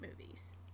movies